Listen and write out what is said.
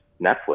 Netflix